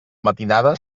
matinada